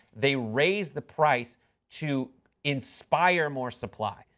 they raise the price to inspire more supply.